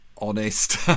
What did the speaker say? honest